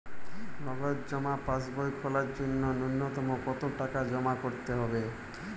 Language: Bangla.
নগদ জমা পাসবই খোলার জন্য নূন্যতম কতো টাকা জমা করতে হবে?